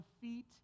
feet